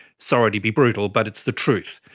sorry to be brutal, but it's the truth.